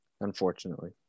Unfortunately